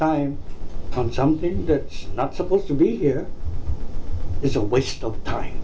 time on something that is not supposed to be here is a waste of time